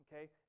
Okay